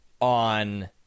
on